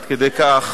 שקר.